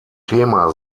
thema